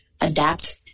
adapt